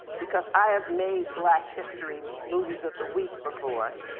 because i have made black history movies of the week before,